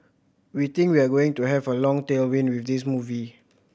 we think we are going to have a long tailwind with this movie